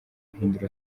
guhindura